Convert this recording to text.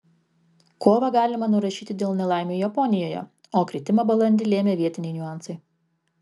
kovą galima nurašyti dėl nelaimių japonijoje o kritimą balandį lėmė vietiniai niuansai